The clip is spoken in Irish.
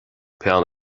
peann